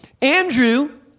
Andrew